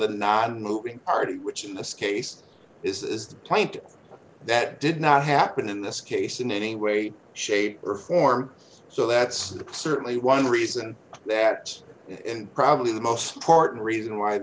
the not moving party which in this case is the plaintiff that did not happen in this case in any way shape or form so that's certainly one reason that and probably the most important reason why